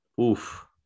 Oof